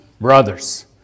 Brothers